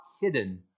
hidden